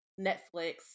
Netflix